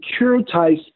securitize